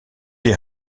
est